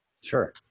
Sure